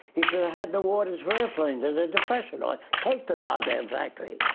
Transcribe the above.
he says i have no orders for airplanes. there's a depression on. take the god damn factory.